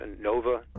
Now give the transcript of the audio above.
NOVA